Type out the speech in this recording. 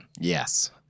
Yes